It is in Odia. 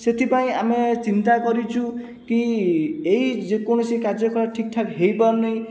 ସେଥିପାଇଁ ଆମେ ଚିନ୍ତା କରିଛୁ କି ଏହି ଯେକୌଣସି କାର୍ଯ୍ୟକଳାପ ଠିକ୍ ଠାକ୍ ହୋଇପାରୁ ନାହିଁ